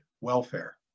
welfare